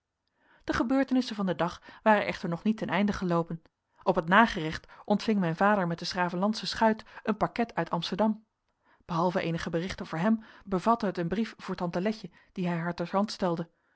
de gebeurtenissen van den dag waren echter nog niet ten einde geloopen op het nagerecht ontving mijn vader met de s gravenlandsche schuit een pakket uit amsterdam behalve eenige berichten voor hem bevatte het een brief voor tante letje dien hij haar ter hand stelde